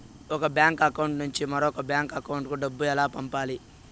ఒక bank account నుంచి మరొక బ్యాంకు అకౌంట్ కు డబ్బు ఎలా పంపాలి